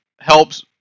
helps